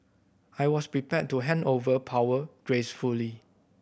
I was prepared to hand over power gracefully